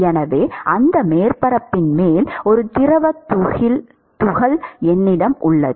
எனவே அந்த மேற்பரப்பின் மேல் ஒரு திரவ துகள் என்னிடம் உள்ளது